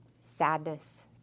sadness